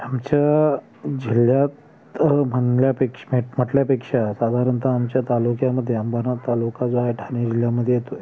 आमच्या जिल्ह्यात म्हणल्यापेक्षा म्हट म्हटल्यापेक्षा साधारणतः आमच्या तालुक्यामध्ये अंबरनाथ तालुका जो आहे ठाणे जिल्ह्यामध्ये येतो आहे